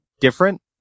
different